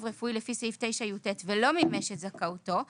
רפואי לפי סעיף 9יט ולא מימש את זכאותו כאמור,